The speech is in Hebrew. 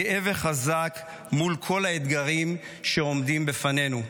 גאה וחזק מול כל האתגרים שעומדים בפנינו.